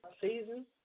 season